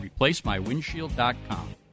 ReplaceMyWindshield.com